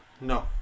no